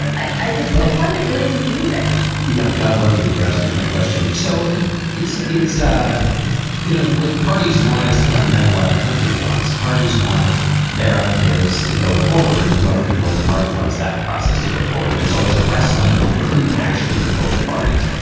i i just find it really confusing yeah. god love you for asking that question. so it's it's ah you know, would parties want is different than what a country wants. parties want their ideas to go forward. and whoever controls the party wants that process to go forward. and there's always a wrestling over who actually controls the parties.